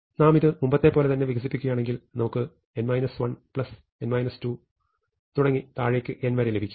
നാം ഇത് മുമ്പത്തെപ്പോലെ തന്നെ വികസിപ്പിക്കുകയാണെങ്കിൽ നമുക്ക് തുടങ്ങി താഴേക്ക് n വരെ ലഭിക്കും